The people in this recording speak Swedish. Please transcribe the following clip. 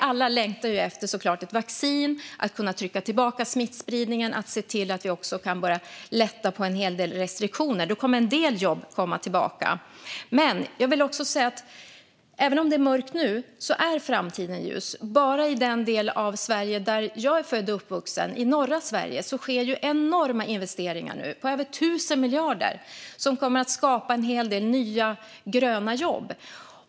Alla längtar vi efter ett vaccin och efter att kunna trycka tillbaka smittspridningen så att vi kan lätta på en hel del restriktioner. Då kommer en del jobb att komma tillbaka. Men även om det är mörkt nu är framtiden ljus. Bara i den del av Sverige där jag är född och uppvuxen, i norra Sverige, sker enorma investeringar nu på över tusen miljarder. Dessa kommer att skapa en hel del nya gröna jobb.